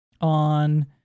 on